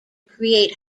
create